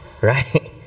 right